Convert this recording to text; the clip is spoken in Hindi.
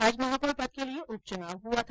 आज महापौर पद के लिए उप चुनाव हुआ था